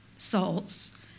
souls